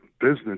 business